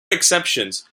exceptions